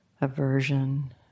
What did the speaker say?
aversion